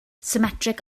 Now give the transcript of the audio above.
symmetric